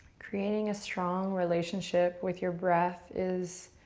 creating a strong relationship with your breath is.